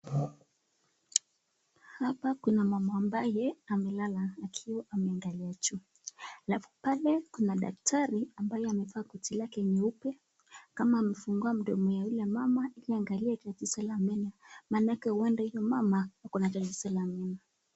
Hpa kuna mama ambaye amelala akiwa ameangalia juu halafu pale kuna daktari ambaye amevaa koti lake nyeupe kama amefungua mdomo ya ule mama aangalie tatizo meno maanake huyo mama ako na tatizo la meno.